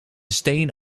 steen